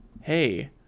hey